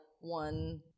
one